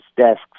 desks